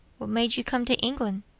what made you come to england?